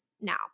now